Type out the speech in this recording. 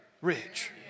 rich